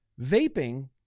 vaping